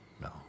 No